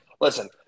Listen